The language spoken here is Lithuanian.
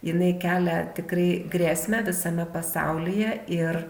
jinai kelia tikrai grėsmę visame pasaulyje ir